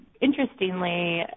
Interestingly